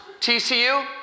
TCU